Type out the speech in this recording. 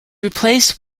replaced